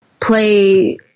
play